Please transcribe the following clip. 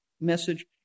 message